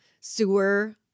sewer